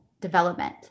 development